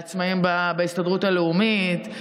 לעצמאים בהסתדרות הלאומית,